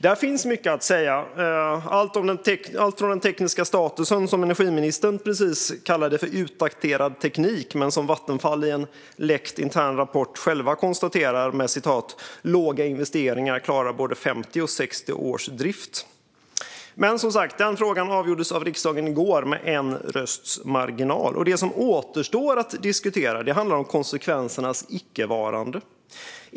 Här finns mycket att säga, bland annat om den tekniska statusen, som energiministern precis kallade för utdaterad teknik men som Vattenfall i en läckt intern rapport konstaterar att med låga investeringar klarar både 50 och 60 års drift. Denna fråga avgjordes dock av riksdagen i går med en rösts marginal. Det som återstår att diskutera är konsekvensernas icke-varande.